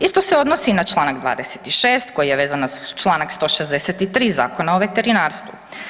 Isto se odnosi i na čl. 26 koji je vezano za čl. 163 Zakona o veterinarstvu.